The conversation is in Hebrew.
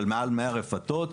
של מעל 100 רפתות,